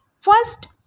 first